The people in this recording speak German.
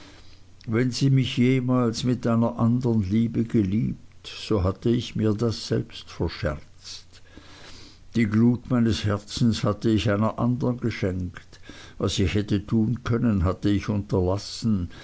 wenn sie mich jemals mit einer andern liebe geliebt so hatte ich mir das selbst verscherzt die glut meines herzens hatte ich einer andern geschenkt was ich hätte tun können hatte ich unterlassen